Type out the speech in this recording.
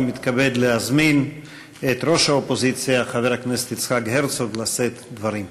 אני מתכבד להזמין את ראש האופוזיציה חבר הכנסת יצחק הרצוג לשאת דברים.